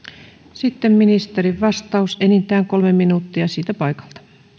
sitten ministerin vastaus enintään kolme minuuttia siitä paikalta